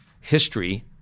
history